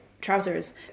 trousers